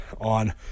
on